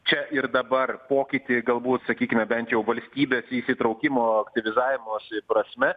čia ir dabar pokytį galbūt sakykime bent jau valstybės įsitraukimo aktyvizavimosi prasme